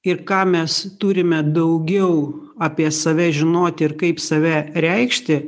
ir ką mes turime daugiau apie save žinoti ir kaip save reikšti